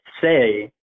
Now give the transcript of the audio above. say